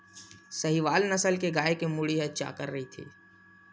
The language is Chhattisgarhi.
साहीवाल नसल के गाय के मुड़ी ह चाकर रहिथे